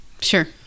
Sure